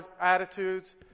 attitudes